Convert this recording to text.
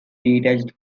detached